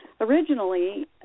Originally